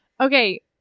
okay